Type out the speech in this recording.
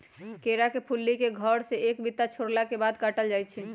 केरा के फुल्ली के घौर से एक बित्ता छोरला के बाद काटल जाइ छै